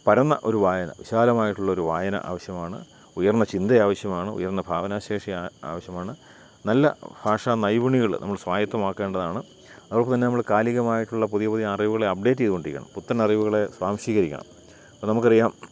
പരന്ന ഒരു വായന വിശാലമായിട്ടുള്ള ഒരു വായന ആവശ്യമാണ് ഉയർന്ന ചിന്തയാവശ്യമാണ് ഉയർന്ന ഭാവനശേഷി ആവശ്യമാണ് നല്ല ഭാഷാനൈപുണികൾ നമ്മൾ സ്വായക്തമാക്കേണ്ടതാണ് അതൊക്കെത്തന്നെ നമ്മൾ കാലികമായിട്ടുള്ള പുതിയ പുതിയ അറിവുകളെ അപ്ഡേറ്റ് ചെയ്തുകൊണ്ടിരിക്കണം പുത്തൻ അറിവുകളെ സ്വാംശീകരിക്കണം അപ്പോൾ നമുക്ക് അറിയാം